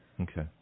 Okay